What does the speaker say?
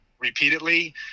repeatedly